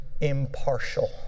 impartial